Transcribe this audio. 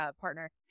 partner